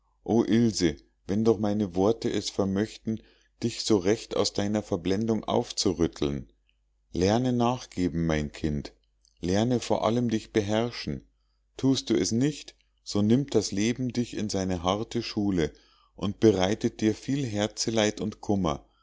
wenn doch meine worte es vermöchten dich so recht aus deiner verblendung aufzurütteln lerne nachgeben mein kind lerne vor allem dich beherrschen thust du es nicht so nimmt das leben dich in seine harte schule und bereitet dir viel herzeleid und kummer